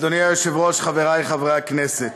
אדוני היושב-ראש, חברי חברי הכנסת,